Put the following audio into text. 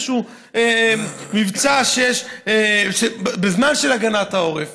איזשהו מבצע שיש בזמן של הגנת העורף.